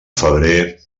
febrer